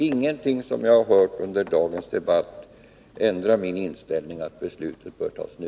Ingenting av det som jag har hört under dagens debatt får mig att ändra inställning, att beslut bör fattas nu.